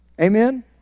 Amen